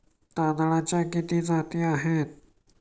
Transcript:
तांदळाच्या किती जाती आहेत?